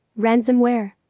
Ransomware